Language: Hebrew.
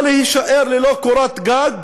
או להישאר ללא קורת גג